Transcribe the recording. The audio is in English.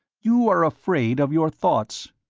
you are afraid of your thoughts.